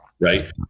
right